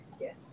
Yes